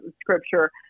scripture